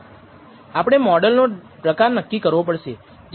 આપણે મોડલ નો પ્રકાર નક્કી કરવો પડશે